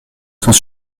sont